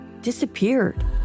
disappeared